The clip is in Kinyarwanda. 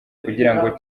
kugirango